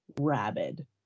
rabid